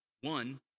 One